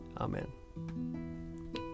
Amen